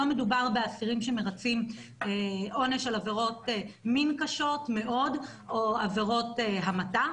לא מדובר באסירים שמרצים עונש על עבירות מין קשות מאוד או עבירות המתה,